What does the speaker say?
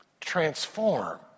transform